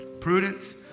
prudence